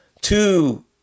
two